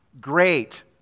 great